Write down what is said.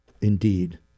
Indeed